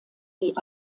die